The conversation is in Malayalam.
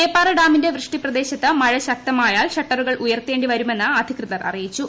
പേപ്പാറ ഡാമിന്റെ വൃഷ്ടി പ്രദേശത്ത് മഴ ശക്തമായാൽ ഷട്ടറുകൾ ഉയർത്തേണ്ടി വരുമെന്ന് അധികൃതർ അറിയിച്ചു